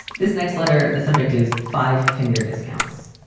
this next letter, the subject is five finger discounts,